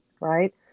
right